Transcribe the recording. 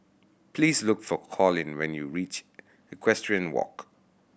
please look for Colin when you reach Equestrian Walk